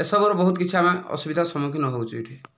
ଏସବୁର ବହୁତ କିଛି ଆମେ ଅସୁବିଧାର ସମ୍ମୁଖୀନ ହେଉଛୁ ଏଇଠି